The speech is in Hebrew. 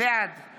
בעד